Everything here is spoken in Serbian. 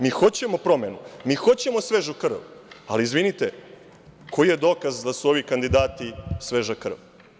Mi hoćemo promenu, mi hoćemo svežu krv, ali izvinite, koji je dokaz da su ovi kandidati sveža krv?